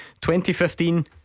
2015